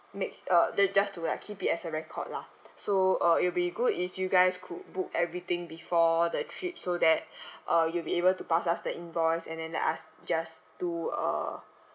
make uh the just to be like keep it as a record lah so uh it'll be good if you guys could book everything before the trip so that uh you will be able to pass us the invoice and then let us just do a